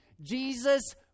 Jesus